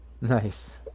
nice